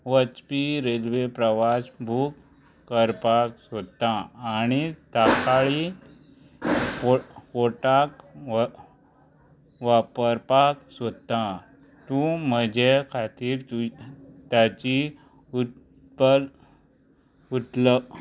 वचपी रेल्वे प्रवास बूक करपाक सोदतां आनी तत्काळी फोर्टाक वापरपाक सोदतां तूं म्हजे खातीर ताची उत्पल उतलब